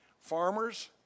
Farmers